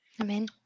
Amen